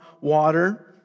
water